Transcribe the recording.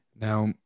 Now